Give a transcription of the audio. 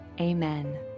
Amen